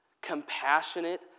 compassionate